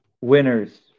winners